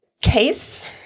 case